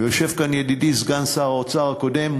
ויושב כאן ידידי סגן שר האוצר הקודם,